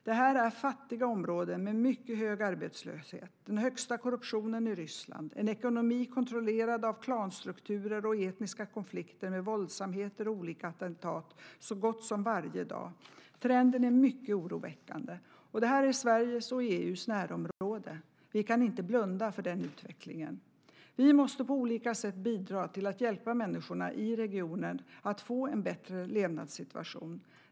Det här är fattiga områden med mycket hög arbetslöshet, den högsta korruptionen i Ryssland, en ekonomi kontrollerad av klanstrukturer och etniska konflikter med våldsamheter och olika attentat så gott som varje dag. Trenden är mycket oroväckande. Detta är Sveriges och EU:s närområde. Vi kan inte blunda för den utvecklingen. Vi måste på olika sätt bidra till att hjälpa människorna i regionen att få en bättre levnadssituation.